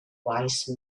wise